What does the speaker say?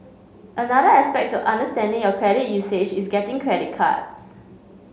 another aspect to understanding your credit usage is getting credit cards